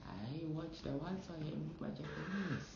I watch that one so I can improve my japanese